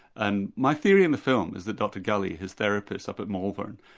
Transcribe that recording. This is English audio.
and my theory in the film is that dr gully, his therapist up at malvern,